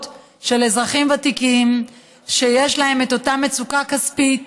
של אזרחים ותיקים שיש להן מצוקה כספית